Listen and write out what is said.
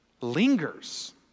lingers